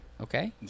Okay